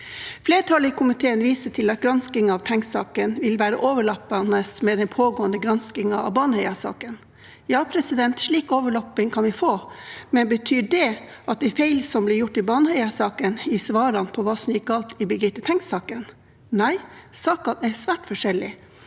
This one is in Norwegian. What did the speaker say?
Flertallet i komiteen viser til at en gransking av Tengs-saken vil være overlappende med den pågående granskingen av Baneheia-saken. Ja, slik overlapping kan vi få, men betyr det at de feil som ble gjort i Baneheia-saken, gir svarene på hva som gikk galt i Birgitte Tengs-saken? Nei, sakene er svært forskjellige.